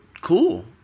cool